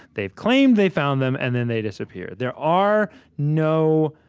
they've claimed they've found them, and then they disappear. there are no